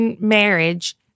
marriage